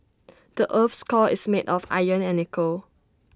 the Earth's core is made of iron and nickel